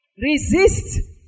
resist